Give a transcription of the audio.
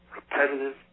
repetitive